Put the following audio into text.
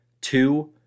Two